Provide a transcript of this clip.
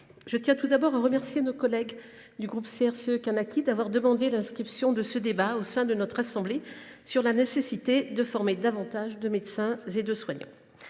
je tiens tout d’abord à remercier nos collègues du groupe CRCE – Kanaky d’avoir demandé l’inscription à l’ordre du jour de notre assemblée de ce débat sur la nécessité de former davantage de médecins et de soignants,